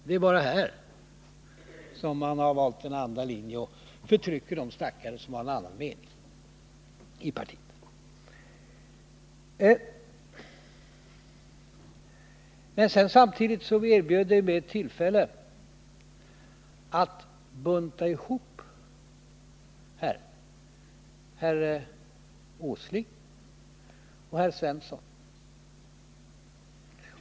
Det är bara här som man valt en annan linje och förtrycker de stackare som i partiet har en annan mening. Samtidigt erbjöds tillfälle att här bunta ihop herr Åsling och herr Svensson.